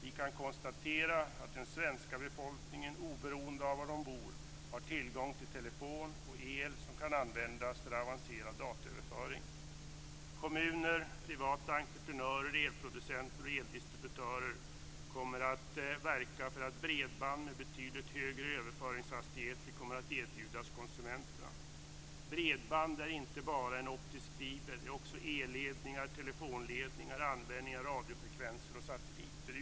Vi kan konstatera att den svenska befolkningen, oberoende av var människor bor, har tillgång till telefon och el som kan användas för avancerad dataöverföring. Kommuner, privata entreprenörer, elproducenter och eldistributörer kommer att verka för att bredband med betydligt högre överföringshastigheter kommer att erbjudas konsumenterna. Bredband är inte bara en optisk fiber. Det är också elledningar, telefonledningar och användning av radiofrekvenser och satelliter.